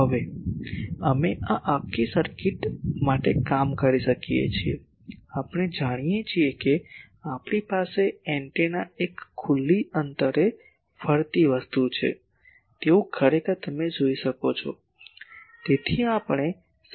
હવે અમે આ આખા સર્કિટ માટે કરી શકીએ છીએ આપણે જાણીએ છીએ કે આપણી પાસે એન્ટેના એક ખુલ્લી અંતરે ફરતી વસ્તુ છે તેવું ખરેખર તમે જોઈ શકો છો